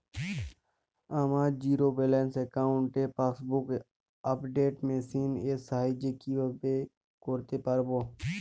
আমার zero balance অ্যাকাউন্টে passbook update machine এর সাহায্যে কীভাবে করতে পারব?